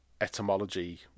etymology